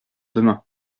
demain